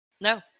No